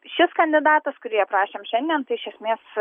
šis kandidatas kurį aprašėm šiandien tai iš esmės